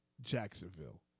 Jacksonville